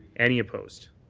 any opposed?